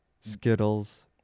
Skittles